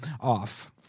off